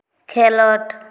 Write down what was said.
ᱠᱷᱮᱞᱳᱰ